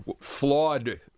flawed